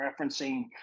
referencing